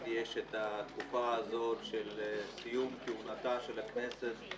יש התקופה של סיום כהונתה של הכנסת.